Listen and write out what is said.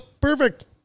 perfect